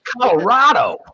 colorado